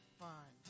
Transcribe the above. fun